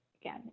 again